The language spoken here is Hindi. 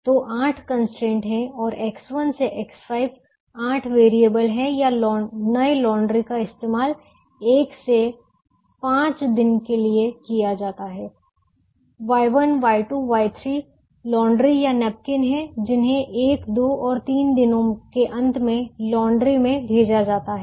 तो आठ कंस्ट्रेंट हैं और X1 से X5 आठ वैरिएबल हैं या नए लॉन्ड्री का इस्तेमाल 1 से 5 दिन के लिए किया जाता है Y1 Y2 Y3 लॉन्ड्री या नैपकिन हैं जिसे 1 2 और 3 दिनों के अंत में लॉन्ड्री में भेजा जाता है